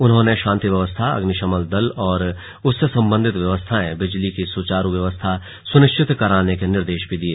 उन्होंने शांति व्यवस्था अग्निशमन दल और उससे संबंधित व्यवस्थाएं बिजली की सुचारू व्यवस्था सुनिश्चित कराने के निर्देश दिए